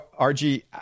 RG